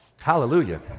hallelujah